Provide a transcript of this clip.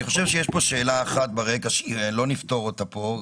אני חושב שיש פה שאלה אחת ברקע שלא נפתור אותה פה,